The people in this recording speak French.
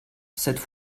cette